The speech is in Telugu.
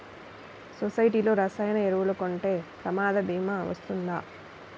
సొసైటీలో రసాయన ఎరువులు కొంటే ప్రమాద భీమా వస్తుందా?